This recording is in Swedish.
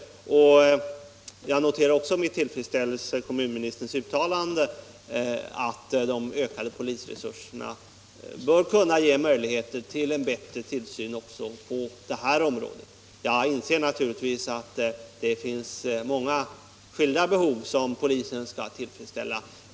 Jag noterar därför också med tillfredsställelse kommunministerns uttalande att de ökade polisresurserna bör kunna ge möjligheter till en bättre tillsyn också på det här området. Jag inser naturligtvis att det finns många skilda behov som polisen skall tillgodose.